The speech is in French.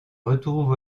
retrouve